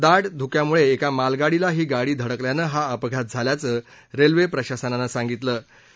दाा धुक्यामुळे एका मालगाडीला ही गाडी धडकल्यानं हा अपघात झाल्याचं रेल्वे प्रशासनानं सांगितलं आहे